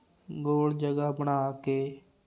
ਗੋਲ ਜਗ੍ਹਾ ਬਣਾ ਕੇ